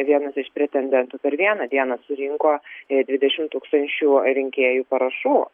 vienas iš pretendentų per vieną dieną surinko dvidešimt tūkstančių rinkėjų parašų